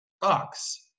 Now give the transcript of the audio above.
box